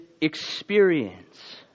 experience